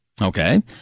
Okay